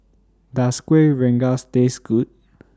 Does Kueh Rengas Taste Good